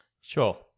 sure